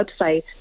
website